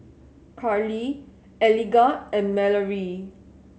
Karlee Eligah and Mallorie